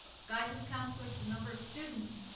guidance counselor to number of students,